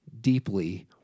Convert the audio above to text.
deeply